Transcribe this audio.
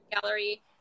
gallery